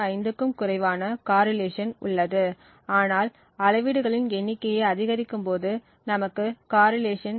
05 க்கும் குறைவான காரிலேஷன் உள்ளது ஆனால் அளவீடுகளின் எண்ணிக்கையை அதிகரிக்கும்போது நமக்கு காரிலேஷன் 0